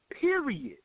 Period